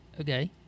Okay